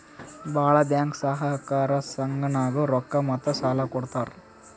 ಭಾಳ್ ಬ್ಯಾಂಕ್ ಸಹಕಾರ ಸಂಘನಾಗ್ ರೊಕ್ಕಾ ಮತ್ತ ಸಾಲಾ ಕೊಡ್ತಾರ್